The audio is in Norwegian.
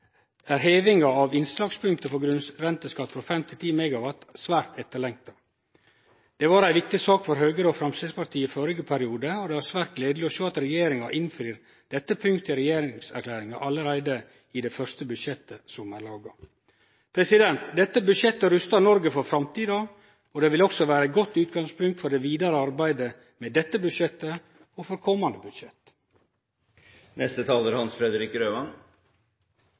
heving av innslagspunktet for grunnrenteskatt frå 5 til 10 MW svært etterlengta. Det var ei viktig sak for Høgre og Framstegspartiet førre periode, og det var svært gledeleg å sjå at regjeringa innfrir dette punktet i regjeringserklæringa allereie i det første budsjettet som er laga. Dette budsjettet rustar Noreg for framtida, og det vil også vere eit godt utgangspunkt for det vidare arbeidet med dette budsjettet og for komande